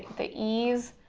the ease,